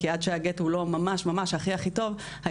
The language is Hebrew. כי עד שהגט הוא לא ממש ממש הכי הכי טוב ,האישה